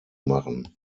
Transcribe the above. machen